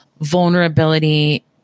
vulnerability